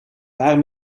paar